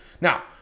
Now